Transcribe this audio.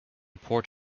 port